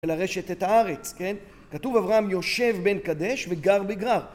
...לרשת את הארץ, כן? כתוב אברהם, יושב בן קדש וגר בגרר.